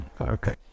Okay